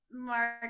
Mark